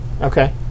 Okay